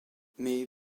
mais